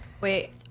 Wait